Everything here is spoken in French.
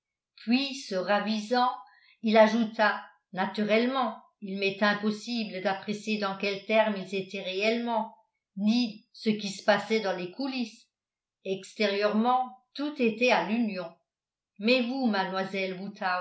puis se ravisant il ajouta naturellement il m'est impossible d'apprécier dans quels termes ils étaient réellement ni ce qui se passait dans les coulisses extérieurement tout était à l'union mais vous mademoiselle